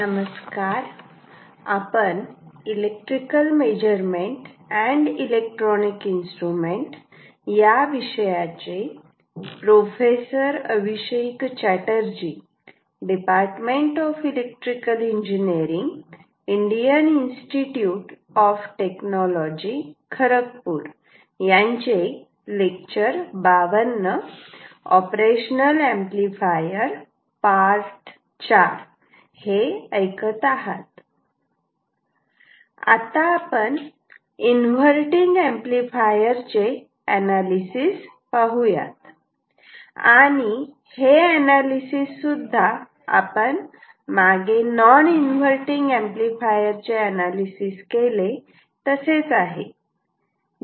background operational amplifier IV आता आपण inverting amplifier चे अनालीसिस पाहूयात आणि हे अनालीसिस सुद्धा आपण मागे नॉन इन्व्हर्टटिंग एंपलीफायर चे अनालिसिस केले तसेच आहे